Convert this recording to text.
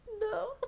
No